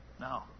No